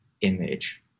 image